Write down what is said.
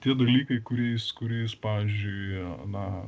tie dalykai kuriais kuriais pavyzdžiui na